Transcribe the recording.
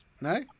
no